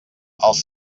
els